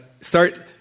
start